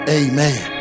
amen